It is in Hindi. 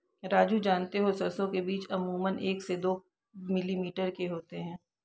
राजू जानते हो सरसों के बीज अमूमन एक से दो मिलीमीटर के होते हैं